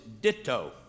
Ditto